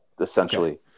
essentially